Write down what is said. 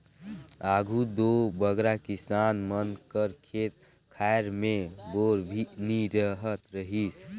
आघु दो बगरा किसान मन कर खेत खाएर मे बोर नी रहत रहिस